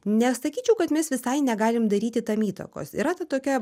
nesakyčiau kad mes visai negalim daryti tam įtakos yra ta tokia